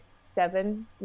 seven